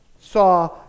saw